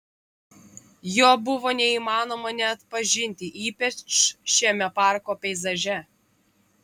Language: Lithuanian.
jo buvo neįmanoma neatpažinti ypač šiame parko peizaže